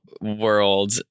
world